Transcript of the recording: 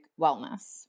wellness